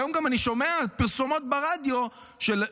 היום אני גם שומע פרסומות ברדיו של,